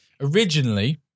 Originally